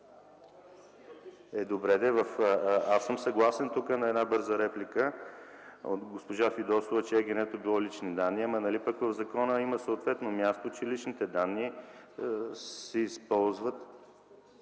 добре де, аз съм съгласен тук на една бърза реплика от госпожа Фидосова, че ЕГН-то било лични данни, ама нали пък в закона има съответно място, че личните данни се използват...